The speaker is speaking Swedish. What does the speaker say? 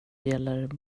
gäller